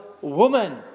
woman